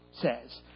says